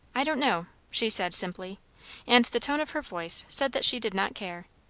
i don't know, she said simply and the tone of her voice said that she did not care.